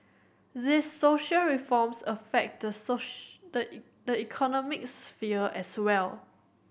these social reforms affect the the the economic sphere as well